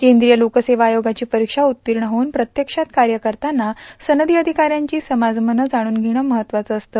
केंद्रीय लोकसेवा आयोगाची परीक्षा उत्तीर्ण होऊन प्रत्यक्षात कार्य करताना सनदी अधिकाऱ्यांनी समाजमन जाणून घेणे महत्वाचं असते